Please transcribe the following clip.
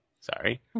sorry